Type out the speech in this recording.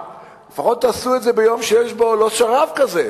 לפחות תעשו את זה ביום שאין בו שרב כזה,